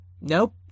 nope